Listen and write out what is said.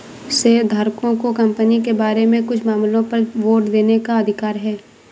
शेयरधारकों को कंपनी के बारे में कुछ मामलों पर वोट देने का अधिकार है